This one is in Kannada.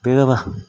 ಬೇಗ ಬಾ